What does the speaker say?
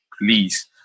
please